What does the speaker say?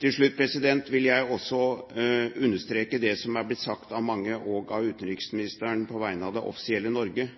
Til slutt vil jeg også understreke – som det har blitt sagt av mange, også av utenriksministeren på vegne av det offisielle Norge –